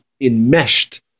enmeshed